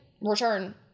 return